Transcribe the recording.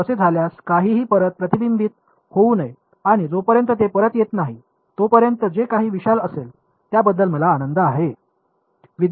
तसे झाल्यास काहीही परत प्रतिबिंबित होऊ नये आणि जोपर्यंत ते परत येत नाही तोपर्यंत जे काही विशाल असेल त्याबद्दल मला आनंद आहे